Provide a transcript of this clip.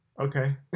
Okay